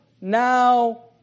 now